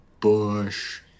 Bush